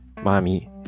mommy